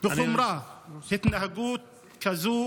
בחומרה התנהגות כזאת